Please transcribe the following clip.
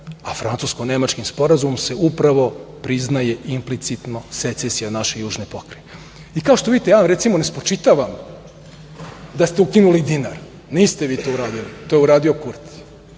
a Francusko-nemačkim sporazumom se upravo priznaje implicitno secesija naše južne pokrajine. Kao što vidite, ja vam ne spočitavam da ste ukinuli dinar. Niste vi to uradili. To je u radio Kurti